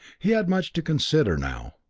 he had much to consider now.